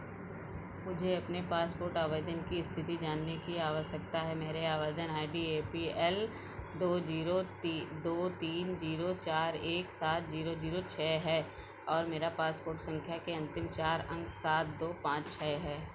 मुझे अपने पासपोर्ट आवेदन की स्थिति जानने की आवश्यकता है मेरी आवेदन I D A P L दो जीरो ती दो तीन जीरो चार एक सात जीरो जीरो छः है और मेरी पासपोर्ट संख्या के अंतिम चार अंक सात दो पाँच छः हैं